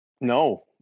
No